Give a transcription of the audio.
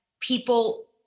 people